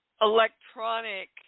electronic